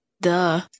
Duh